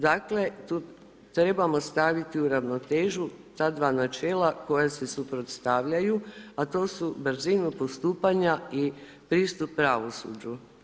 Dakle, tu trebamo staviti u ravnotežu ta dva načela koja se suprotstavljaju a to su brzinu postupanja i pristup pravosuđu.